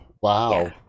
wow